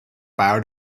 bio